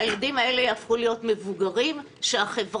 הילדים האלו יהפכו להיות מבוגרים שהחברה